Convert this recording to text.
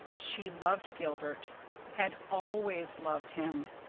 she loved gilbert had always loved him!